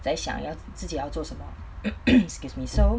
在想要自己要做什么 excuse me so